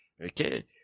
Okay